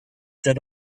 that